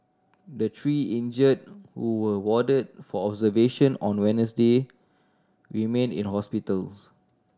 the three injured who were warded for observation on Wednesday remain in hospitals